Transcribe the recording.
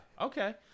okay